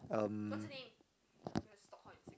um